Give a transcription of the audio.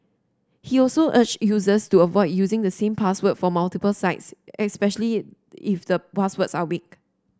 he also urged users to avoid using the same password for multiple sites especially if the password are weak